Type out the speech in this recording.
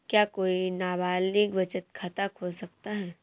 क्या कोई नाबालिग बचत खाता खोल सकता है?